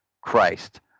Christ